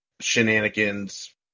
shenanigans